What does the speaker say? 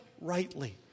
rightly